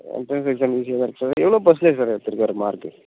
entrance exam ஈஸியாக தான் இருக்கும் சார் எவ்வளோ பர்ஸண்டேஜ் சார் எடுத்துருக்கார் மார்க்கு